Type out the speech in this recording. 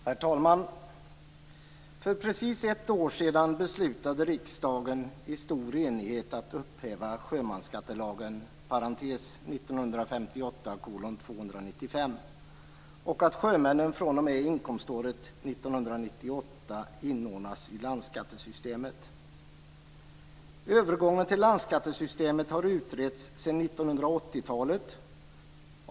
Herr talman! För precis ett år sen beslutade riksdagen i stor enighet att upphäva sjömansskattelagen Övergången till landskattesystemet har utretts sedan 1980-talet.